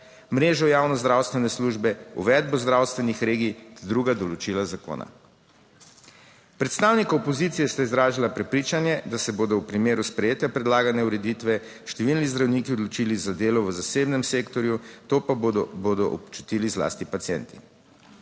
mrežo javne zdravstvene službe, uvedbo zdravstvenih regij ter druga določila zakona. Predstavnika opozicije sta izrazila prepričanje, da se bodo v primeru sprejetja predlagane ureditve številni zdravniki odločili za delo v zasebnem sektorju, to pa bodo občutili zlasti pacienti.